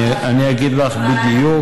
אני אגיד לך בדיוק.